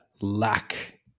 lack